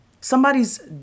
Somebody's